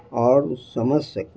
اور سمجھ سکوں